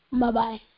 Bye-bye